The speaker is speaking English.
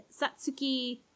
Satsuki